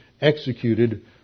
executed